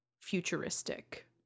futuristic